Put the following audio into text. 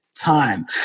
Time